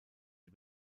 die